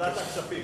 ועדת הכספים.